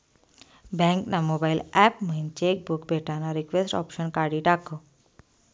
bank ना mobile app मयीन cheque book भेटानं रिक्वेस्ट ऑप्शन काढी टाकं